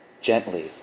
Gently